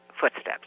footsteps